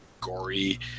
gory